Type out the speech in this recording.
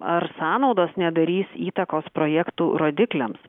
ar sąnaudos nedarys įtakos projektų rodikliams